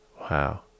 Wow